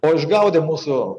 o išgaudė mūsų